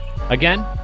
Again